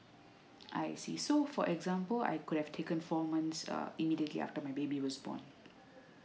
I see so for example I could have taken four months uh immediately after my baby was born